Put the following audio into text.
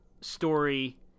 story